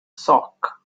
sock